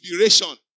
inspiration